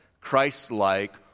Christ-like